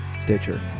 stitcher